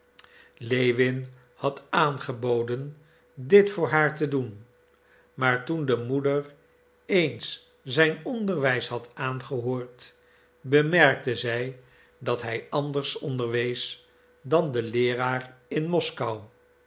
lewin had aangeboden dit voor haar te doen maar toen de moeder eens zijn onderwijs had aangehoord bemerkte zij dat hij anders onderwees dan de leeraar in moskou